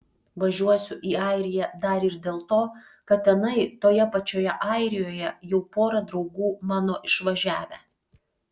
važiuosiu į airiją dar ir dėl to kad tenai toje pačioje airijoje jau pora draugų mano išvažiavę